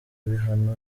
bihano